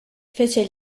fece